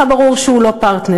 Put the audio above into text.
הרי מבחינתך ברור שהוא לא פרטנר,